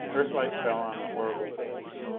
earthlight fell on the horrible face.